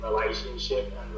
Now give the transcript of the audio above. relationship